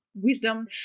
wisdom